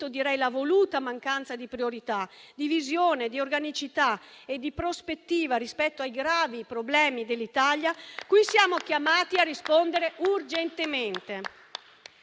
direi la voluta mancanza di priorità, di visione, di organicità e di prospettiva rispetto ai gravi problemi dell'Italia cui siamo chiamati a rispondere urgentemente.